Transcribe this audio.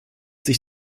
sich